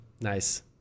Nice